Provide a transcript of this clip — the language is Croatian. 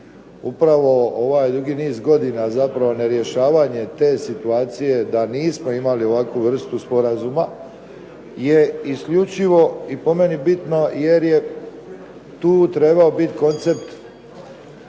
Upravo ovaj dugi niz godina, zapravo nerješavanje te situacije da nismo imali ovakvu vrstu sporazuma je isključivo i po meni bitno jer je tu trebao biti koncept.